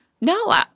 no